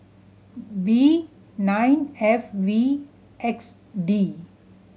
B nine F V X D